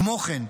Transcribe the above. כמו כן,